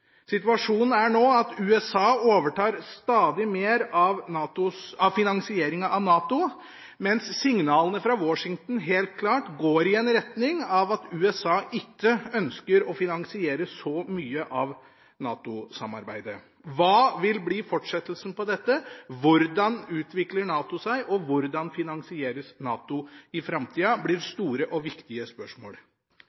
Situasjonen er nå at USA overtar stadig mer av finansieringa av NATO, mens signalene fra Washington helt klart går i en retning av at USA ikke ønsker å finansiere så mye av NATO-samarbeidet. Hva vil bli fortsettelsen på dette? Hvordan utvikler NATO seg, og hvordan finansieres NATO i framtida? Dette blir